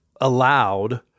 allowed